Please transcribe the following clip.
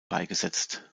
beigesetzt